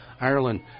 Ireland